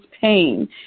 pain